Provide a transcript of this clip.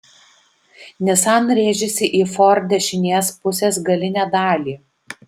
nissan rėžėsi į ford dešinės pusės galinę dalį